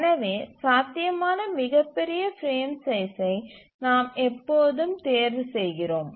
எனவே சாத்தியமான மிகப்பெரிய பிரேம் சைஸ்சை நாம் எப்போதும் தேர்வு செய்கிறோம்